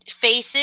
faces